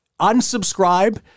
unsubscribe